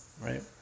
right